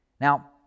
Now